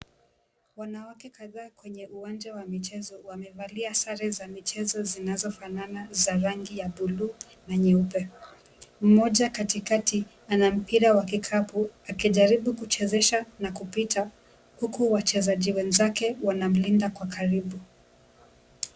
Wanawake kadhaa kwenye uwanja wa michezo wamevalia sare za michezo zinazofanana za rangi ya blue na nyeupe. Mmoja katikati ana mpira wa kikapu akijarbu kuchezesha na kupita huku wachezaji wenzake wanamlinda kwa karbu.